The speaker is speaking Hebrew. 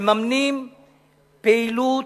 מממנת פעילות